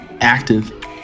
active